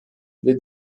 bile